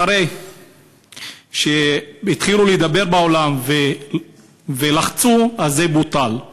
אחרי שהתחילו לדבר בעולם ולחצו, זה בוטל.